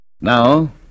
Now